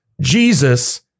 Jesus